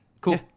Cool